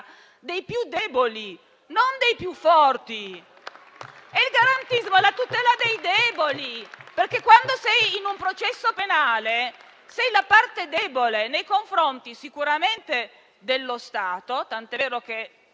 dei più deboli, non dei più forti. Il garantismo è la tutela dei deboli, perché, quando sei in un processo penale, sei la parte debole, nei confronti sicuramente dello Stato (tant'è vero che,